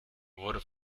wurde